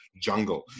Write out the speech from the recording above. jungle